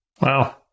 Wow